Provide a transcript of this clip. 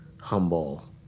humble